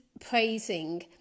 praising